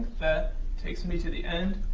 that takes me to the end.